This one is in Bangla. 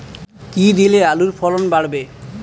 কী দিলে আলুর ফলন বাড়বে?